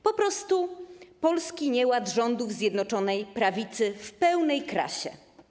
Po prostu polski nieład rządów Zjednoczonej Prawicy w pełnej krasie.